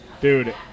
Dude